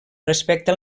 respecte